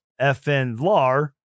FN-LAR